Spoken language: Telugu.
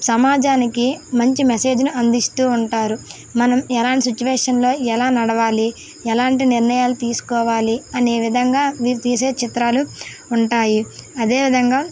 సమాజానికి మంచి మెసేజ్ను అందిస్తూ ఉంటారు మనం ఎలాంటి సిచ్యువేషన్లో ఎలా నడవాలి ఎలాంటి నిర్ణయాలు తీసుకోవాలి అనే విధంగా వీరు తీసే చిత్రాలు ఉంటాయి అదేవిధంగా